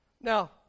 Now